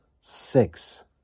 six